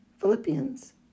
Philippians